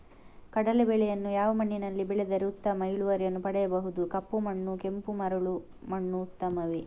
ಕಡಲೇ ಬೆಳೆಯನ್ನು ಯಾವ ಮಣ್ಣಿನಲ್ಲಿ ಬೆಳೆದರೆ ಉತ್ತಮ ಇಳುವರಿಯನ್ನು ಪಡೆಯಬಹುದು? ಕಪ್ಪು ಮಣ್ಣು ಕೆಂಪು ಮರಳು ಮಣ್ಣು ಉತ್ತಮವೇ?